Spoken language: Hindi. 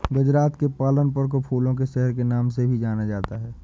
गुजरात के पालनपुर को फूलों के शहर के नाम से भी जाना जाता है